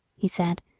he said,